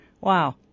wow